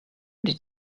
did